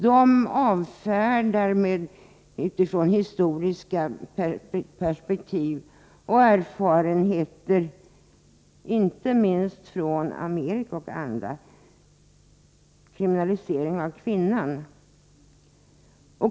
Den avfärdar med ett historiskt perspektiv och utifrån erfarenheter, inte minst från Amerika, tanken på en kriminalisering av kvinnan.